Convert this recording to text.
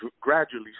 gradually